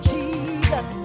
Jesus